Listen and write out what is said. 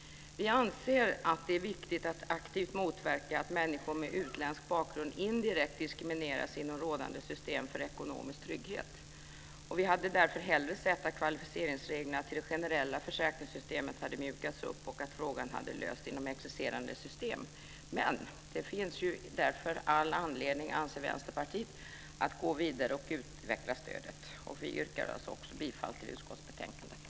Vi anser att det är viktigt att aktivt motverka att människor med utländsk bakgrund indirekt diskrimineras inom rådande system för ekonomisk trygghet. Vi hade därför hellre sett att kvalificeringsreglerna till det generella försäkringssystemet hade mjukats upp och att frågan hade lösts inom existerande system. Det finns därför all anledning, anser Vänsterpartiet, att gå vidare och utveckla stödet. Vi yrkar alltså också bifall till förslaget i utskottsbetänkandet.